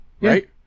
right